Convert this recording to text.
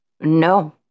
No